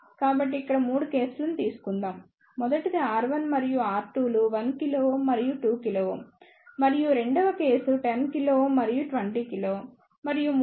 కాబట్టిఇక్కడ 3 కేసులను తీసుకుందాం మొదటిది R1 మరియు R2 లు 1 kΩ మరియు 2 kΩ మరియు రెండవ కేస్ 10 kΩ మరియు 20 kΩమరియు మూడవది 100 kΩ మరియు 200 kΩ